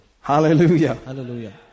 Hallelujah